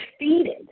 defeated